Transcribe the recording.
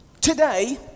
Today